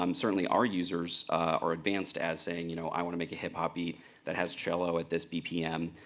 um certainly our users are advanced as saying, you know, i want to make a hip-hop beat that has cello at this bpm,